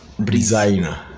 Designer